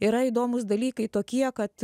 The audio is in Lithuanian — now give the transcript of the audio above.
yra įdomūs dalykai tokie kad